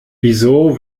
wieso